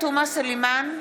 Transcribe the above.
סלימאן,